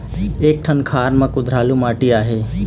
एक ठन खार म कुधरालू माटी आहे?